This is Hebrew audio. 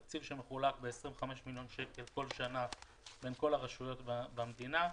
תקציב בסך 25 מיליון שקלים שמחולק כל שנה בין כל הרשויות במדינה.